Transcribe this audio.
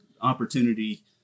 opportunity